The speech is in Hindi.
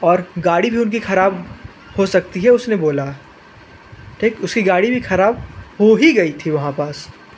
और गाड़ी भी उनकी खराब हो सकती है उसने बोला ठीक उसकी गाड़ी भी खराब हो ही गई थी वहाँ पास